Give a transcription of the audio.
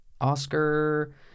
Oscar